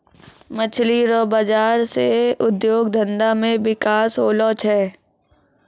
मछली रो बाजार से उद्योग धंधा मे बिकास होलो छै